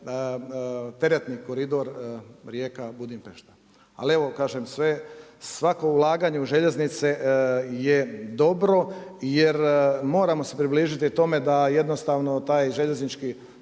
teretni koridor Rijeka-Budimpešta. Ali evo kažem sve, svako ulaganje u željeznice je dobro jer moramo se približiti tome da jednostavno taj željeznički